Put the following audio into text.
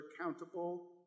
accountable